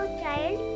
child